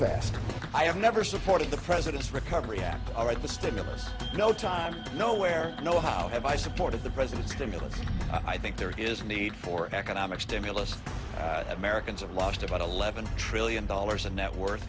fast i have never supported the president's recovery act all right the stimulus no time nowhere no how have i supported the president's stimulus i think there is a need for economic stimulus that americans have lost about eleven trillion dollars in net wor